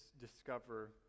discover